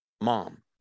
mom